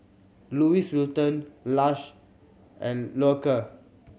Louis Vuitton Lush and Loacker